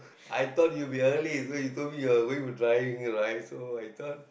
I thought you'll be early so you told me you going for driving right so I thought